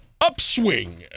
upswing